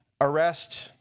arrest